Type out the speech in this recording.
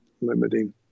limiting